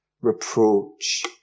reproach